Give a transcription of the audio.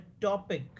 topic